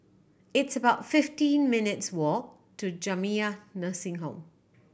it's about fifteen minutes' walk to Jamiyah Nursing Home